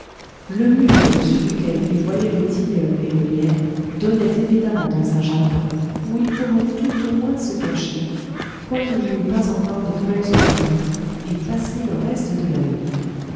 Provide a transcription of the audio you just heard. le mur au-dessus duquel il voyait le tilleul et le lierre donnait évidemment dans un jardin où il pourrait tout au moins se cacher quoiqu'il n'y eût pas encore de feuilles aux arbres et passer le reste de la nuit